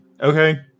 Okay